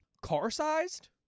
car-sized